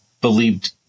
believed